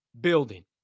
building